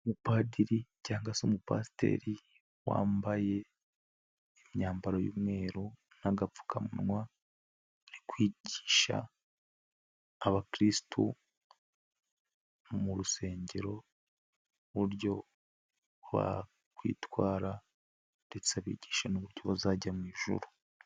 Umupadiri cyangwa se umupasiteri wambaye imyambaro y'umweru n'agapfukamunwa, arimo kwigisha abakiristu mu rusengero mu buryo bakwitwara ndetse abigisha n'uburyo bazajya mu ijuru.